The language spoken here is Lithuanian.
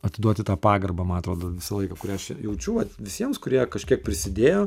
atiduoti tą pagarbą man atrodo visą laiką kurią aš čia jaučiu vat visiems kurie kažkiek prisidėjo